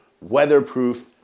weatherproof